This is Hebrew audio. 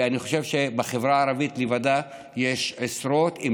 ואני חושב שבחברה הערבית לבדה יש עשרות אלפי,